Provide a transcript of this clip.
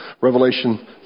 Revelation